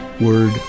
Word